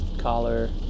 collar